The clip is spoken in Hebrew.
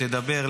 לדבר,